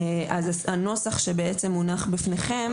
הנוסח שבעצם מונח בפניכם,